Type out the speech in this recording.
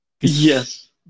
Yes